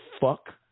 fuck